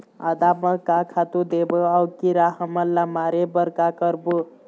आदा म का खातू देबो अऊ कीरा हमन ला मारे बर का करबो?